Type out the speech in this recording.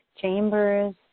chambers